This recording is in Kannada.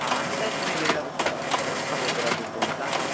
ಹಾಂ ಅಂದಾಜು ಮೇಲೆ ಹೇಳೋದಕ್ಕಾಗಲ್ವಾ ಸರ್ ಎಷ್ಟು ತಗೋತೀರಾ ದುಡ್ಡು ಅಂತ